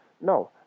No